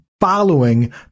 following